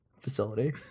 facility